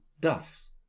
das